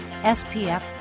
SPF